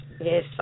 Yes